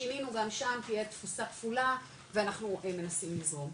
שינינו גם שם תהיה תפוסה כפולה ואנחנו מנסים לזרום.